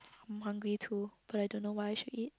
I'm hungry too but I don't know what I should eat